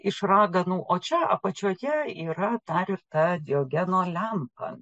iš raganų o čia apačioje yra dar ir ta diogeno lempa